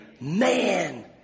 man